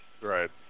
Right